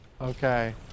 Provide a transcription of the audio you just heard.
okay